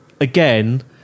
again